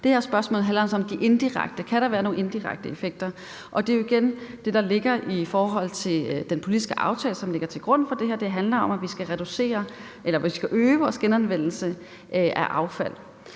Det her spørgsmål handler så om de indirekte effekter. Kan der være nogle indirekte effekter? Det er jo igen det, der ligger i forhold til den politiske aftale, som ligger til grund for det her, nemlig at det handler om, at vi skal øge vores genanvendelse af affald.